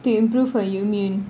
to improve her immune